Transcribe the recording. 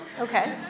Okay